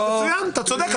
מצוין, אתה צודק.